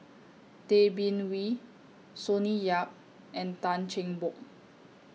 Tay Bin Wee Sonny Yap and Tan Cheng Bock